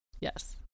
Yes